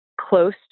close